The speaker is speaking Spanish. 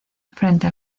frente